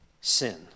sin